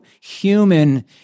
human